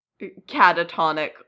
catatonic